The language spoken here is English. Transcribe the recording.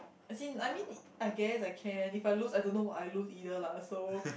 as in I mean I guess I can if I lose I don't know what I lose either lah so